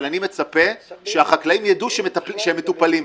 אבל אני מצפה שהחקלאים ידעו שהם מטופלים.